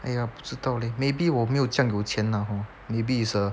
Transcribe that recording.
!aiya! 不知道 leh maybe 我没有这样有钱 lah hor maybe it's a